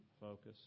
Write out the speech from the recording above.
focus